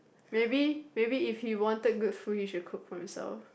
maybe maybe if he want take good food he should cook for himself